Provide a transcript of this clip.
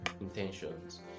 intentions